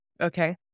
Okay